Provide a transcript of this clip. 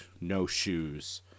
no-shoes